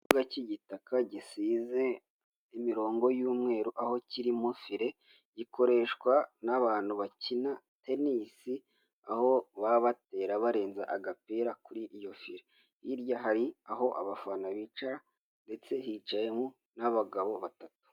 Ikibuga cy'igitaka gisize imirongo y'umweru aho kirimo fire gikoreshwa n'abantu bakina tenisi aho baba batera barenza agapira kuri iyo fire hirya hari aho abafana bica ndetse hicayemo n'abagabo batatu.